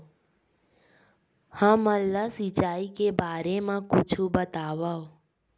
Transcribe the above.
हमन ला सिंचाई के बारे मा कुछु बतावव?